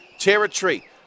Territory